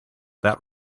that